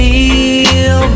Feel